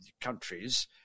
countries